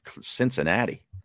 Cincinnati